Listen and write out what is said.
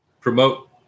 promote